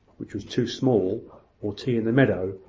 which was too small or tea in the meadow,